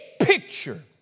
picture